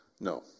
No